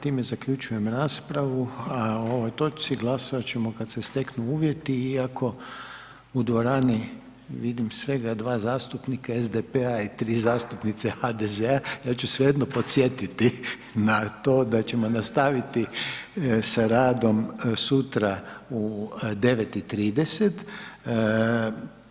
Time zaključujem raspravu, a o ovoj točci glasovat ćemo kad se steknu uvjeti iako u dvorani vidim svega 2 zastupnika SDP-a i 3 zastupnice HDZ-a ja ću svejedno podsjetiti na to da ćemo nastaviti sa radom sutra u 9 i 30.